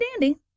dandy